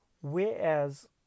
Whereas